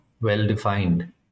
well-defined